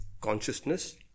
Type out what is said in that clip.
Consciousness